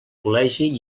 col·legi